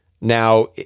Now